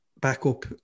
backup